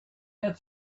had